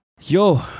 yo